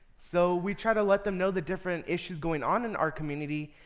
so we try to let them know the different issues going on in our community,